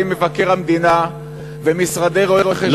מבקר המדינה ומשרדי רואי-חשבון כמה פעמים,